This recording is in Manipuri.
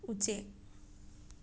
ꯎꯆꯦꯛ